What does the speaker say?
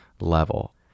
level